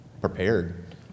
prepared